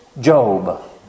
Job